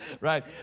Right